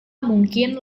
mungkin